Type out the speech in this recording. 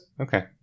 Okay